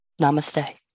Namaste